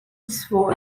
sword